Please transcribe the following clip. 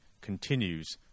continues